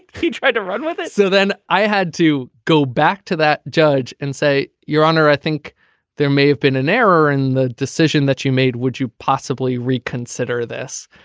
he tried to run with it. so then i had to go back to that judge and say your honor i think there may have been an error in the decision that you made would you possibly reconsider this.